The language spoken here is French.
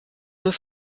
deux